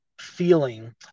feeling